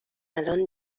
الان